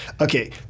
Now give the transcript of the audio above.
Okay